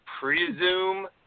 presume